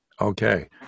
Okay